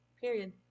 Period